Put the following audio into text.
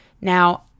Now